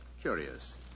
Curious